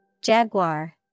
Jaguar